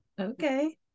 Okay